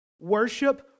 worship